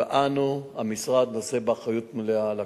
ואנו, המשרד, נושאים באחריות מלאה לכול,